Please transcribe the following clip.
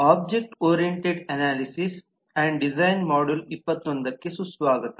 object oriented analysis and design module 21 ಗೆ ಸುಸ್ವಾಗತ